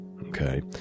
Okay